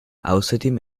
außerdem